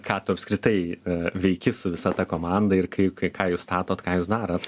ką tu apskritai veiki su visa ta komanda ir kai kai ką jūs statot ką jūs darot